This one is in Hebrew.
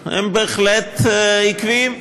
הם בהחלט עקביים,